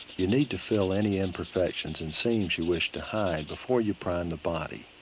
you need to fill any imperfections and seams you wish to hide before you prime the body.